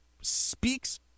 speaks